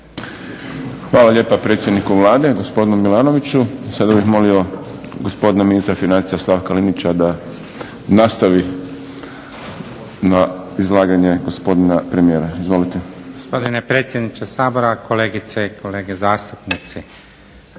Hvala lijepa predsjedniku Vlade gospodinu Milanoviću. Sada bih molio gospodina ministra financija Slavka Linića da nastavi na izlaganje gospodina premijera. Izvolite. **Linić, Slavko (SDP)** Gospodine predsjedniče Sabora, kolegice i kolege zastupnici.